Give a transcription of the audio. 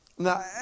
Now